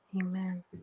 Amen